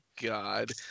God